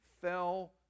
fell